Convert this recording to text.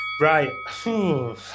Right